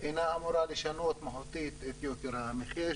אינה אמורה לשנות מהותית את יוקר המחיה.